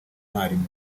mwalimu